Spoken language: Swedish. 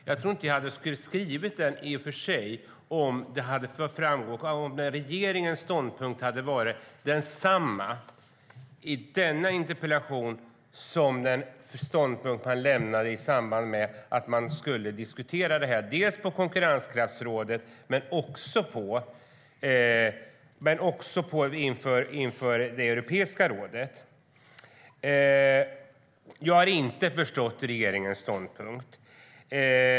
Jag tror i och för sig inte att jag skulle ha skrivit den om regeringens ståndpunkt hade varit densamma i detta interpellationssvar som den man lämnade i samband med att man skulle diskutera detta dels på konkurrenskraftsrådet, dels inför Europeiska rådet. Jag har inte missförstått regeringens ståndpunkt.